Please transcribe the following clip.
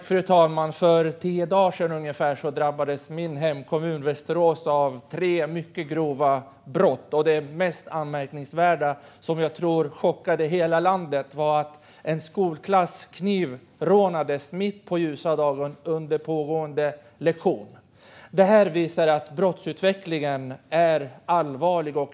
Fru talman! För ungefär tio dagar sedan drabbades min hemkommun Västerås av tre mycket grova brott. Det mest anmärkningsvärda, som jag tror chockade hela landet, var att en skolklass knivrånades mitt på ljusa dagen under pågående lektion. Detta visar att brottsutvecklingen är allvarlig.